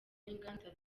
n’inganda